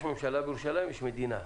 ממשלה בירושלים ויש מדינה.